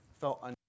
felt